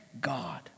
God